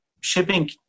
shipping